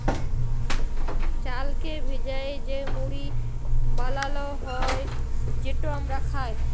চালকে ভ্যাইজে যে মুড়ি বালাল হ্যয় যেট আমরা খাই